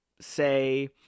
say